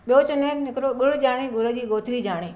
ॿियो चवंदा आहिनि हिकिड़ो गुड़ जाने गुड़ जी गोथरी जाने